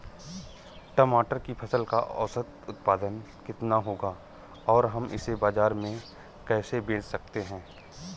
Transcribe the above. टमाटर की फसल का औसत उत्पादन कितना होगा और हम इसे बाजार में कैसे बेच सकते हैं?